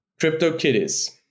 CryptoKitties